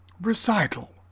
recital